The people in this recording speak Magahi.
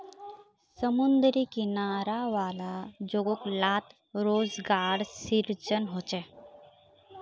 समुद्री किनारा वाला जोगो लात रोज़गार सृजन होचे